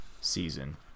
season